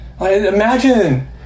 Imagine